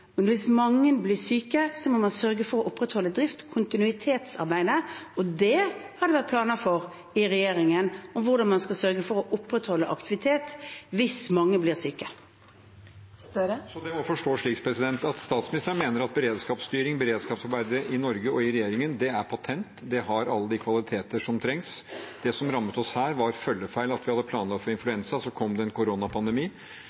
hvis mange blir syke, må man sørge for å opprettholde drift – kontinuitetsarbeidet. Det har det vært planer for i regjeringen, hvordan man skal sørge for å opprettholde aktivitet hvis mange blir syke. Så det må forstås slik at statsministeren mener at beredskapsstyring, beredskapsarbeidet i Norge og i regjeringen, er patent, det har alle de kvaliteter som trengs? Det som rammet oss her, var følgefeil, at vi hadde planlagt for